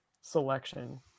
selection